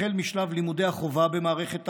החל משלב לימודי החובה במערכת החינוך,